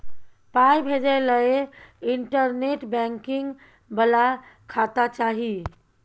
पाय भेजय लए इंटरनेट बैंकिंग बला खाता चाही